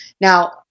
Now